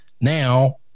now